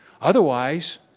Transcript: Otherwise